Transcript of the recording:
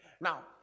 Now